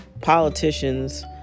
politicians